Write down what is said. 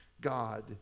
God